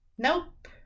Nope